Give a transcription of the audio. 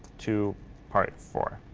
to part four,